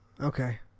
Okay